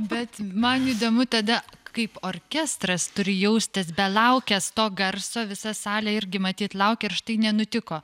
bet man įdomu tada kaip orkestras turi jaustis belaukęs to garso visa salė irgi matyt laukė ir štai nenutiko